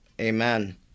Amen